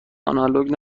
آنالوگ